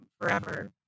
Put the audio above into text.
forever